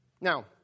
Now